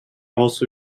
also